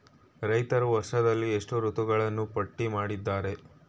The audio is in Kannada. ರೈತರು ವರ್ಷದಲ್ಲಿ ಎಷ್ಟು ಋತುಗಳನ್ನು ಪಟ್ಟಿ ಮಾಡಿದ್ದಾರೆ?